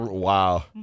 Wow